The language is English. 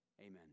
Amen